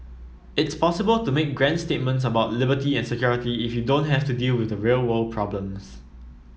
it's possible to make grand statements about liberty and security if you don't have to deal with real world problems